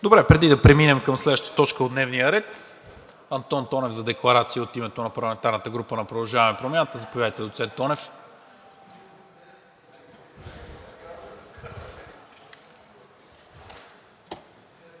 Преди да преминем към следващата точка от дневния ред – Антон Тонев, за декларация от името на парламентарната група на „Продължаваме Промяната“. Заповядайте, доцент Тонев.